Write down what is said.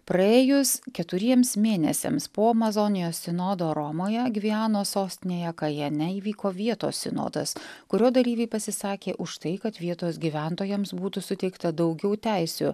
praėjus keturiems mėnesiams po amazonijos sinodo romoje gyveno sostinėje kajene įvyko vietos sinodas kurio dalyviai pasisakė už tai kad vietos gyventojams būtų suteikta daugiau teisių